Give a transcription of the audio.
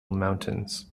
mountains